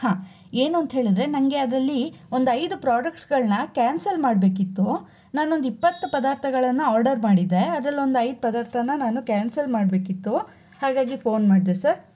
ಹಾಂ ಏನು ಅಂತ ಹೇಳಿದರೆ ನನಗೆ ಅದರಲ್ಲಿ ಒಂದು ಐದು ಪ್ರಾಡಕ್ಟ್ಸ್ಗಳನ್ನ ಕ್ಯಾನ್ಸಲ್ ಮಾಡಬೇಕಿತ್ತು ನಾನೊಂದಿಪ್ಪತ್ತು ಪದಾರ್ಥಗಳನ್ನು ಆರ್ಡರ್ ಮಾಡಿದ್ದೆ ಅದರಲ್ಲಿ ಒಂದೈದು ಪದಾರ್ಥ ನಾನು ಕ್ಯಾನ್ಸಲ್ ಮಾಡಬೇಕಿತ್ತು ಹಾಗಾಗಿ ಫೋನ್ ಮಾಡಿದೆ ಸರ್